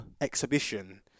Exhibition